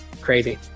Crazy